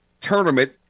tournament